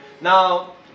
Now